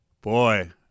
Boy